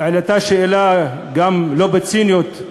עלתה שאלה, גם, לא בציניות: